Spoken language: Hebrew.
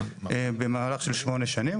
במהלך של שמונה שנים.